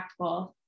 impactful